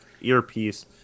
earpiece